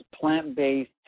plant-based